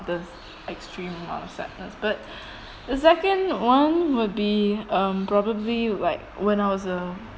the extreme amount sadness but the second one would be um probably like when I was a